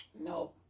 No